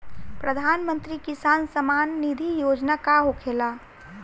प्रधानमंत्री किसान सम्मान निधि योजना का होखेला?